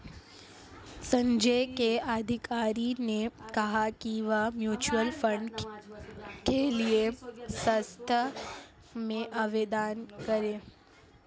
संजय के अधिकारी ने कहा कि वह म्यूच्यूअल फंड के लिए संस्था में आवेदन करें